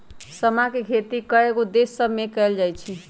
समा के खेती कयगो देश सभमें कएल जाइ छइ